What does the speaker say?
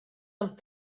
amb